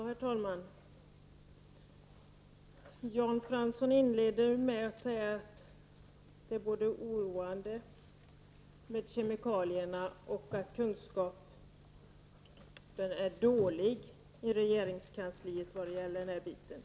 Herr talman! Jan Fransson inledde med att säga att detta med kemikalier är oroande och att kunskaperna är dåliga i regeringskansliet vad gäller den här biten.